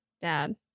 dad